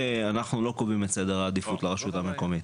אנחנו לא קובעים את סדר העדיפויות לרשות המקומית.